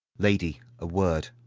lady, a word.